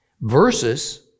versus